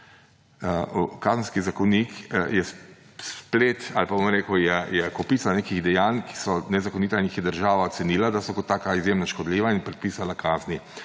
Kazenski zakonik je splet ali pa kopica nekih dejanj, ki so nezakonita in jih je država ocenila, da so kot taka izjemno škodljiva, in predpisala kazni.